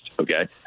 Okay